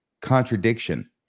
contradiction